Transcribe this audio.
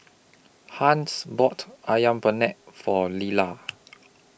Hans bought Ayam Penyet For Leala